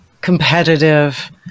competitive